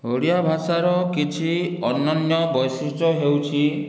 ଓଡ଼ିଆ ଭାଷାର କିଛି ଅନନ୍ୟ ବୈଶିଷ୍ଟ୍ୟ ହେଉଛି